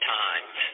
times